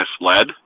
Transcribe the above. misled